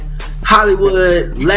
Hollywood